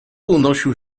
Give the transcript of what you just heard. unosił